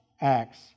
acts